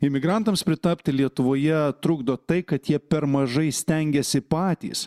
imigrantams pritapti lietuvoje trukdo tai kad jie per mažai stengiasi patys